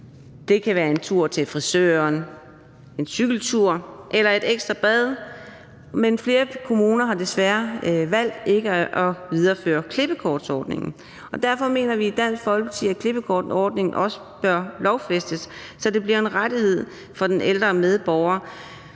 Det kan være en tur til frisøren, en cykeltur eller et ekstra bad. Men flere kommuner har desværre valgt ikke at videreføre klippekortsordningen. Derfor mener vi i Dansk Folkeparti, at klippekortsordningen også bør lovfæstes, så det bliver en rettighed for den ældre medborger,